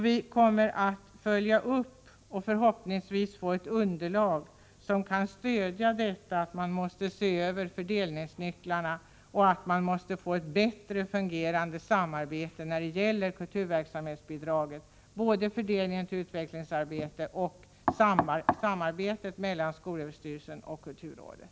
Vi kommer genom denna utvärdering förhoppningsvis att få ett underlag som stöder uppfattningen att fördelningsnycklarna måste ses över och att det måste bli ett bättre fungerande samarbete när det gäller kulturverksamhetsbidraget. Det gäller både fördelningen till utvecklingsarbete och samarbetet mellan skolöverstyrelsen och kulturrådet.